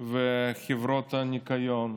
ובחברות הניקיון,